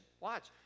watch